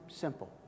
simple